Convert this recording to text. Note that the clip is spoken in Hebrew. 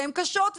והן קשות,